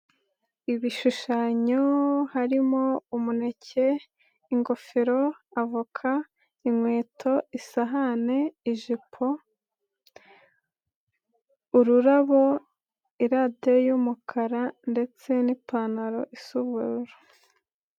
Ibishushanyo harimo umuneke, ingofero, avoka, inkweto, isahane, ijipo, ururabo, iradiyo y'umukara ndetse n'ipantaro isa ubururu.